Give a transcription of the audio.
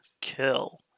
kill